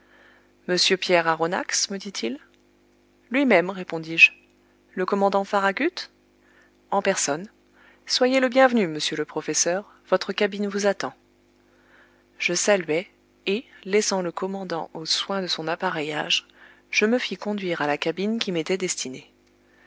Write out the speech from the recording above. monsieur pierre aronnax me dit-il lui-même répondis-je le commandant farragut en personne soyez le bienvenu monsieur le professeur votre cabine vous attend je saluai et laissant le commandant aux soins de son appareillage je me fis conduire à la cabine qui m'était destinée